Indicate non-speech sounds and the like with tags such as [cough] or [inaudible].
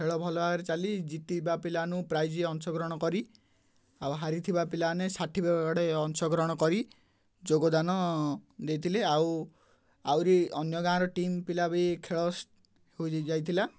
ଖେଳ ଭଲ ଭାବରେ ଚାଲି ଜିିତିବା ପିଲାଙ୍କୁ ପ୍ରାଇଜ ଅଂଶଗ୍ରହଣ କରି ଆଉ ହାରିଥିବା ପିଲାମାନେ [unintelligible] ଅଂଶଗ୍ରହଣ କରି ଯୋଗଦାନ ଦେଇଥିଲେ ଆଉ ଆହୁରି ଅନ୍ୟ ଗାଁର ଟିମ୍ ପିଲା ବି ଖେଳ ହୋଇ ଯାଇଥିଲା